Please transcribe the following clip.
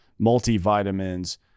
multivitamins